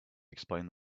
explained